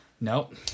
Nope